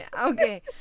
Okay